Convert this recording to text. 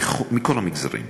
מכל המגזרים: